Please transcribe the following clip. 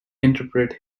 interpret